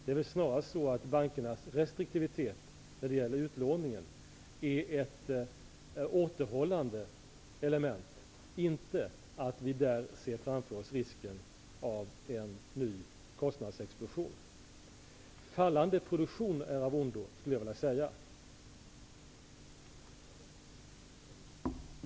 Det är väl snarare så att bankernas restriktivitet när det gäller utlåningen är ett återhållande element än att vi där framför oss ser risken för en ny kostnadsexplosion. Fallande produktion är av ondo, skulle jag vilja säga.